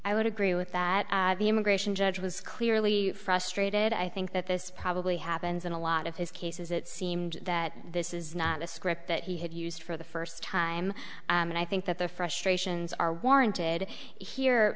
i would agree with that the immigration judge was clearly frustrated i think that this probably happens in a lot of his cases it seemed that this is not a script that he had used for the first time and i think that the frustrations are warranted here